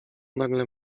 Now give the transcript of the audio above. nagle